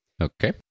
Okay